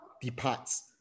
departs